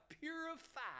purified